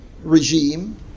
regime